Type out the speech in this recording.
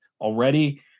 already